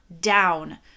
down